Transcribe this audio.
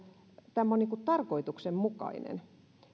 tämä on tarkoituksenmukainen